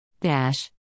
Dash